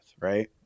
Right